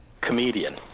comedian